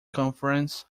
conference